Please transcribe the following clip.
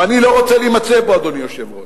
ואני לא רוצה להימצא בו, אדוני היושב-ראש,